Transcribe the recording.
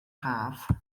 haf